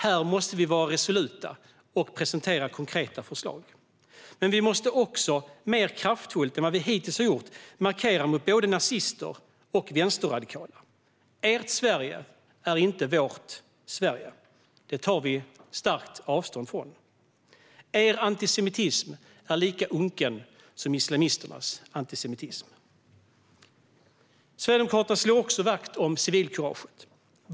Här måste vi vara resoluta och presentera konkreta förslag. Men vi måste också, mer kraftfullt än vad vi hittills har gjort, markera mot både nazister och vänsterradikala. Ert Sverige är inte vårt Sverige. Vi tar starkt avstånd från det. Er antisemitism är lika unken som islamisternas antisemitism. Sverigedemokraterna slår också vakt om civilkuraget.